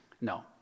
No